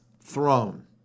throne